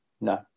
no